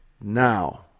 now